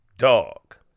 dog